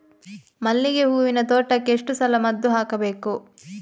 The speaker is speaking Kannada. ಮಲ್ಲಿಗೆ ಹೂವಿನ ತೋಟಕ್ಕೆ ಎಷ್ಟು ಸಲ ಮದ್ದು ಹಾಕಬೇಕು?